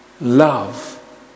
Love